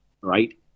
right